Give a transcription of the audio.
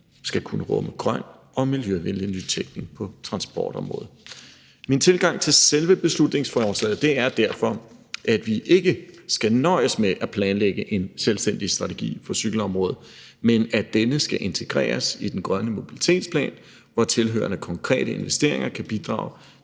skal kunne rumme grøn og miljøvenlig nytænkning på transportområdet. Min tilgang til selve beslutningsforslaget er derfor, at vi ikke skal nøjes med at planlægge en selvstændig strategi for cykelområdet, men at det skal integreres i den grønne mobilitetsplan, hvor tilhørende konkrete investeringer kan bidrage